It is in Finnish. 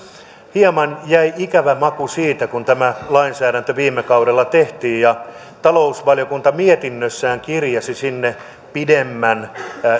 hieman jäi ikävä maku siitä kun tämä lainsäädäntö viime kaudella tehtiin ja talousvaliokunta mietinnössään kirjasi sinne pidemmän